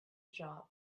job